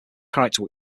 character